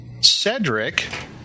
Cedric